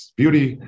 beauty